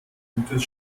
gutes